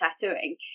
tattooing